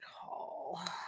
Call